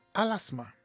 alasma